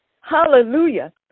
Hallelujah